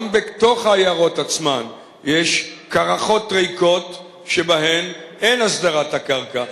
גם בתוך העיירות עצמן יש קרחות ריקות שבהן אין הסדרת הקרקע.